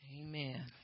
Amen